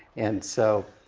and so,